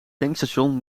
tankstation